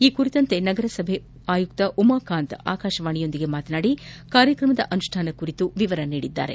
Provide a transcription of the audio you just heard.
ಈ ಕುರಿತಂತೆ ನಗರಸಭಾ ಆಯುಕ್ತ ಉಮಾಕಾಂತ್ ಆಕಾಶವಾಣಿಯೊಂದಿಗೆ ಮಾತನಾಡಿ ಕಾರ್ಯಕ್ರಮದ ಅನುಷ್ಠಾನ ಕುರಿತು ವಿವಿರ ನೀಡಿದ್ದಾರೆ